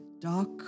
dark